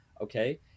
Okay